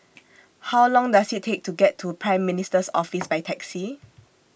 How Long Does IT Take to get to Prime Minister's Office By Taxi